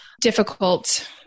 difficult